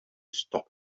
stop